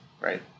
right